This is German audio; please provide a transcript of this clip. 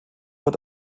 wird